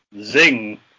zing